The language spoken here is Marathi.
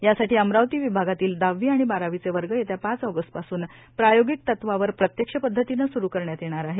यासाठी अमरावती विभागातील दहावी आणि बारावीचे वर्ग येत्या पाच ऑगस्टपासून प्रायोगिक तत्वावर प्रत्यक्ष पद्धतीनं सुरू करण्यात येणार आहे